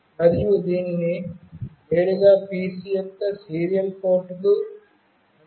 మరియు దీనిని నేరుగా PC యొక్క సీరియల్ పోర్టుకు అనుసంధానించవచ్చు